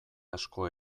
asko